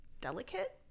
delicate